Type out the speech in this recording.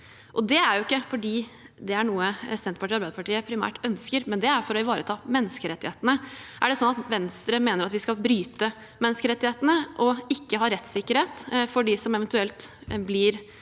det er noe Senterpartiet og Arbeiderpartiet primært ønsker, det er for å ivareta menneskerettighetene. Mener Venstre at vi skal bryte menneskerettighetene og ikke ha rettssikkerhet for dem som eventuelt blir